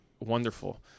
wonderful